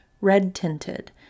red-tinted